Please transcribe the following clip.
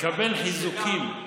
מקבל חיזוקים.